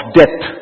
death